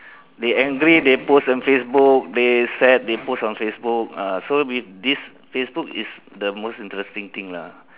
they angry they post on Facebook they sad they post on Facebook ah so with this Facebook is the most interesting thing lah